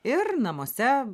ir namuose